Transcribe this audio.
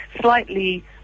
slightly